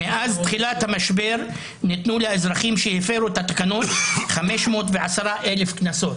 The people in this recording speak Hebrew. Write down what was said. מאז תחילת המשבר ניתנו לאזרחים שהפרו את התקנות 510,000 קנסות.